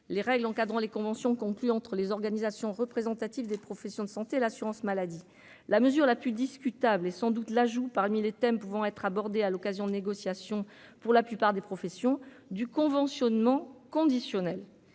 les règles encadrant les conventions conclues entre les organisations représentatives des professions de santé, l'assurance maladie, la mesure la plus discutable et sans doute l'ajout parmi les thèmes pouvant être abordé à l'occasion de négociations pour la plupart des professions du conventionnement conditionnel